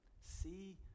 See